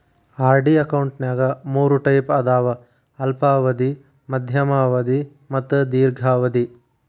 RD ಅಕೌಂಟ್ನ್ಯಾಗ ಮೂರ್ type ಅದಾವ ಅಲ್ಪಾವಧಿ ಮಾಧ್ಯಮ ಅವಧಿ ಮತ್ತ ದೇರ್ಘಾವಧಿ